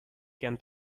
can